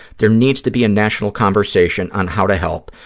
there needs to be a national conversation on how to help,